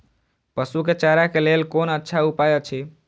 पशु के चारा के लेल कोन अच्छा उपाय अछि?